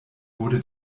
wurde